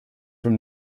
from